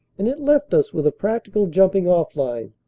and it left us with a practical jumping-off line,